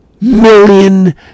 million